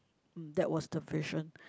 that was the vision